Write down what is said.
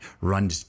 run